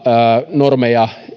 normeja